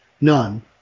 None